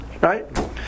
right